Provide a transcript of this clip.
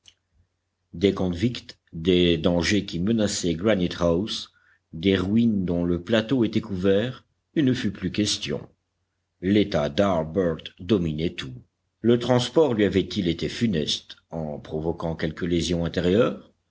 des convicts des dangers qui menaçaient granite house des ruines dont le plateau était couvert il ne fut plus question l'état d'harbert dominait tout le transport lui avait-il été funeste en provoquant quelque lésion intérieure